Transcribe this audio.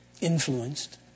influenced